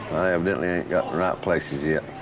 i evidently ain't got in the right places yet.